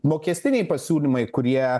mokestiniai pasiūlymai kurie